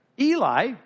Eli